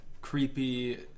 creepy